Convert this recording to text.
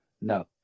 No